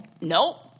Nope